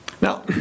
Now